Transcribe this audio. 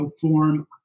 Form